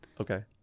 Okay